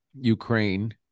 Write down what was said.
Ukraine